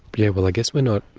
yeah well, i guess we're not,